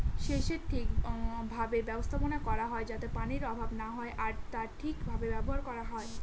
সেচের ঠিক ভাবে ব্যবস্থাপনা করা হয় যাতে পানির অভাব না হয় আর তা ঠিক ভাবে ব্যবহার করা হয়